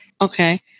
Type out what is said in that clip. Okay